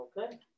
Okay